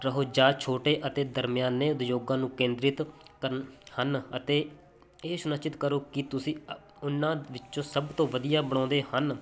ਰਹੋ ਜਾਂ ਛੋਟੇ ਅਤੇ ਦਰਮਿਆਨੇ ਉਦਯੋਗਾਂ ਨੂੰ ਕੇਂਦਰਿਤ ਕਰਨ ਹਨ ਅਤੇ ਇਹ ਸੁਨਿਸ਼ਚਿਤ ਕਰੋ ਕਿ ਤੁਸੀਂ ਉਹਨਾਂ ਵਿੱਚੋਂ ਸਭ ਤੋਂ ਵਧੀਆ ਬਣਾਉਂਦੇ ਹਨ